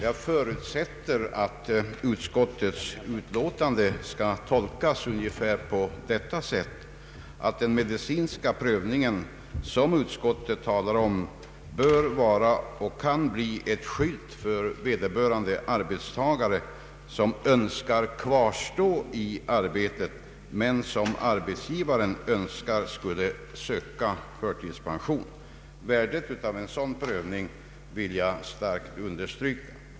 Jag för utsätter att utskottets utlåtande skall tolkas ungefär på så sätt att den medicinska prövning som utskottet talar om bör vara ett skydd för en arbetstagare som önskar kvarstå i arbetet men som arbetsgivaren önskar skulle söka förtidspension. Jag vill i sådana fall starkt understryka värdet av en medicinsk bedömning.